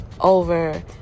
over